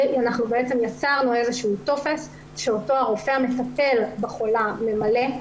יצרנו טופס שאותו רופא המטפל בחולה ממלא,